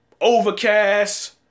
Overcast